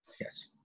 Yes